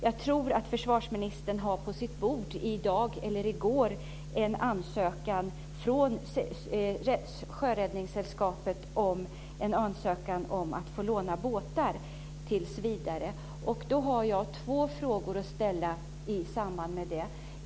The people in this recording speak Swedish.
Jag tror att försvarsministern i dag eller i går på sitt bord har fått en ansökan från Sjöräddningssällskapet om att få låna båtar tills vidare. Då har jag två frågor att ställa i samband med det.